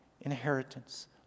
inheritance